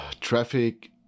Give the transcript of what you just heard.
traffic